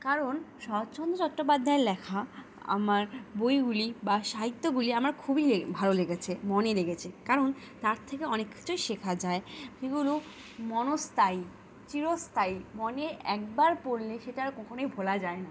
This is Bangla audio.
কারণ শ্বরৎচন্দ্র চট্টোপাধ্যায় লেখা আমার বইগুলি বা সাহিত্যগুলি আমার খুবই ভালো লেগেছে মনে লেগেছে কারণ তার থেকে অনেক কিছুই শেখা যায় সেগুলো মনস্থায়ী চিরস্থায়ী মনে একবার পড়লে সেটা আর কখনোই ভোলা যায় না